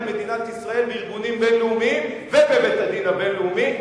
מדינת ישראל בארגונים בין-לאומיים ובבית-הדין הבין-לאומי,